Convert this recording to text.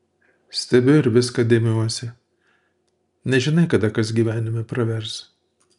stebiu ir viską dėmiuosi nežinai kada kas gyvenime pravers